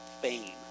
fame